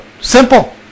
simple